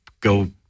go